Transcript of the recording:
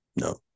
no